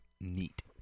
neat